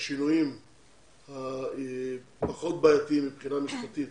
שהשינויים הפחות בעייתיים מבחינה משפטית